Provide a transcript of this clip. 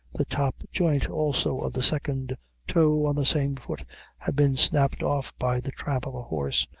the top joint also of the second toe, on the same foot had been snapped off by the tramp of a horse,